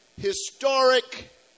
historic